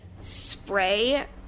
spray